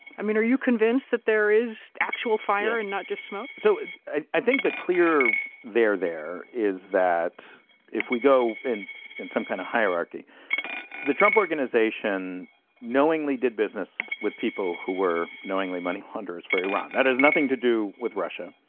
i mean, are you convinced that there is actual fire and not just smoke? so i think the clear there there is that if we go in in some kind of hierarchy the trump organization knowingly did business with people who were knowingly money launderers for iran. that has nothing to do with russia,